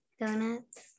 donuts